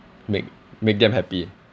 make make them happy